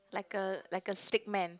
like a like a stickman